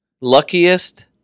luckiest